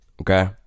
Okay